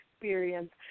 experience